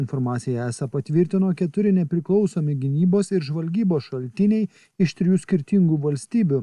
informaciją esą patvirtino keturi nepriklausomi gynybos ir žvalgybos šaltiniai iš trijų skirtingų valstybių